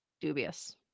Dubious